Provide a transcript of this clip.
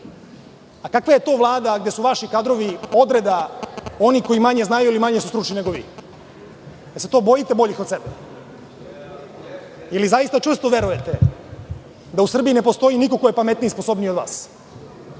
a kakva je to Vlada gde su vaši kadrovi odreda onih koji manje znaju ili koji su manje stručni nego vi. Da li se to bojite boljih od sebe ili zaista čvrsto verujete da u Srbiji ne postoji niko ko je pametniji i sposobniji od vas.